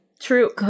True